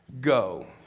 go